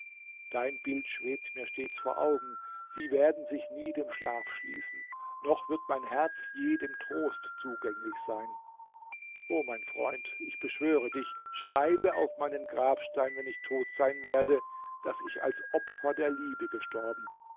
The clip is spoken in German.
dein bild schwebt mir stets vor augen sie werden sich nie dem schlaf schließen noch wird mein herz je dem trost zugänglich sein o mein freund ich beschwöre dich schreibe auf meinen grabstein wenn ich tot sein werde daß ich als opfer der liebe gestorben